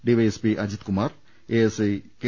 D Y S P Ajithkumar A S I K